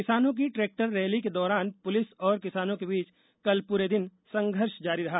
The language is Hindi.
किसानों की ट्रैक्टर रैली के दौरान पुलिस और किसानों के बीच कल पूरे दिन संघर्ष जारी रहा